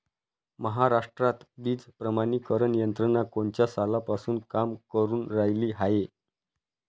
महाराष्ट्रात बीज प्रमानीकरण यंत्रना कोनच्या सालापासून काम करुन रायली हाये?